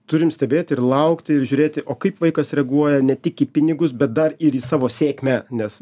turim stebėt ir laukti ir žiūrėti o kaip vaikas reaguoja ne tik į pinigus bet dar ir į savo sėkmę nes